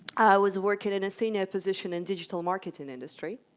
was working in a senior position in digital marketing industry,